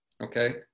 Okay